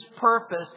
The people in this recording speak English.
purpose